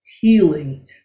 healing